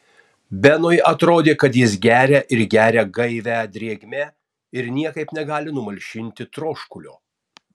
benui atrodė kad jis geria ir geria gaivią drėgmę ir niekaip negali numalšinti troškulio